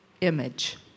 image